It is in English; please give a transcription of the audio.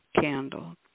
candle